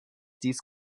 dies